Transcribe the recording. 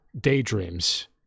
daydreams